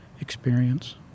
experience